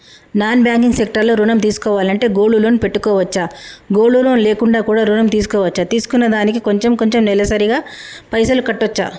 Non banking sector లో ఋణం తీసుకోవాలంటే గోల్డ్ లోన్ పెట్టుకోవచ్చా? గోల్డ్ లోన్ లేకుండా కూడా ఋణం తీసుకోవచ్చా? తీసుకున్న దానికి కొంచెం కొంచెం నెలసరి గా పైసలు కట్టొచ్చా?